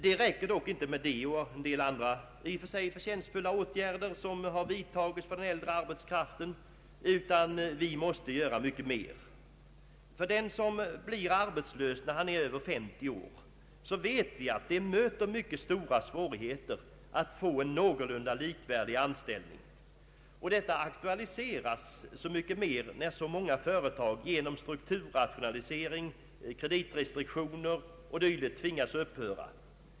Det räcker dock inte med detta och en del andra i och för sig förtjänstfulla åtgärder som har vidtagits för den äldre arbetskraften, utan vi måste göra mycket mera. För den som blir arbetslös när han är över 50 år, så vet vi att det möter mycket stora svårigheter att få en någorlunda likvärdig anställning. Detta aktualiseras så mycket mer när så många företag genom strukturrationalisering, kreditrestriktioner o.d. tvingas upphöra.